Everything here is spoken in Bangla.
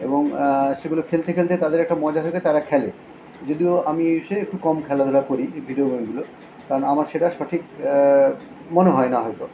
এবং সেগুলো খেলতে খেলতে তাদের একটা মজা হয়ে গে তারা খেলে যদিও আমি সে একটু কম খেলাধূলা করি ভিডিও গেমগুলো কারণ আমার সেটা সঠিক মনে হয় না হয়তো